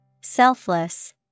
Selfless